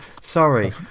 sorry